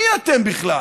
מי אתם בכלל?